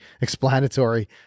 explanatory